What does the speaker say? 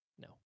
No